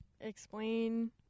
explain